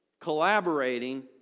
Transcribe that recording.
collaborating